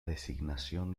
designación